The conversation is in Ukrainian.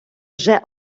вже